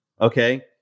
Okay